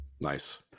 Nice